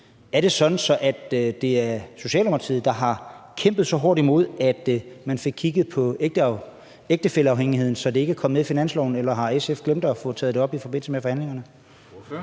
Er det sådan, at det er Socialdemokratiet, der har kæmpet så hårdt imod, at man fik kigget på ægtefælleafhængigheden, at det ikke kom med i finansloven, eller har SF glemt at få taget det op i forbindelse med forhandlingerne?